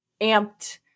amped